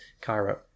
Cairo